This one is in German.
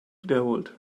wiederholt